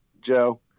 Joe